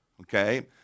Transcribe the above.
okay